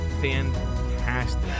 fantastic